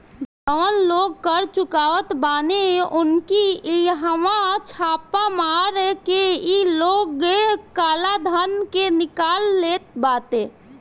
जवन लोग कर चोरावत बाने उनकी इहवा छापा मार के इ लोग काला धन के निकाल लेत बाटे